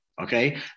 Okay